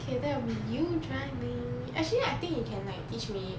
okay that will be you driving actually I think you can like teach me